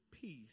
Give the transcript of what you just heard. Peace